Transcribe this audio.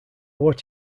what